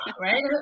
right